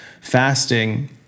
Fasting